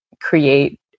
create